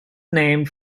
named